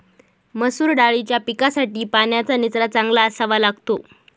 मसूर दाळीच्या पिकासाठी पाण्याचा निचरा चांगला असावा लागतो